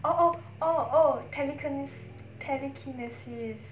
oh oh oh oh tele~ telekinesis